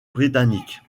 britanniques